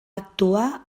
actuar